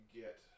get